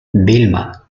vilma